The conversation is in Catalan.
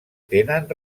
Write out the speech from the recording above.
tenen